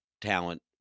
talent